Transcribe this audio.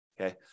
Okay